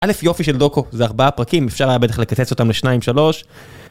א' יופי של דוקו, זה ארבעה פרקים, אפשר היה בטח לקצץ אותם לשניים שלוש.